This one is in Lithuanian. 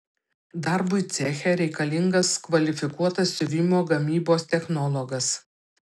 darbui ceche reikalingas kvalifikuotas siuvimo gamybos technologas